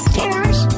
tears